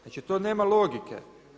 Znači, to nema logike.